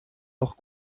noch